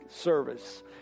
service